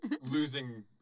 losing